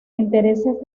intereses